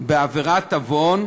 בעבירת עוון,